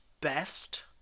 best